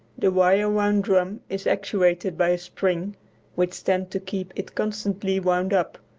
the wire-wound drum is actuated by a spring which tends to keep it constantly wound up,